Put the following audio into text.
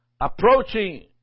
approaching